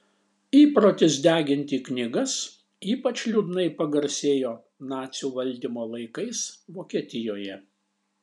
įprotis deginti knygas ypač liūdnai pagarsėjo nacių valdymo laikais vokietijoje